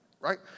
right